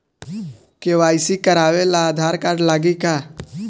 KYC करावे ला Aadhaar card लागी का?